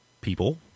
people